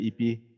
EP